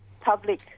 public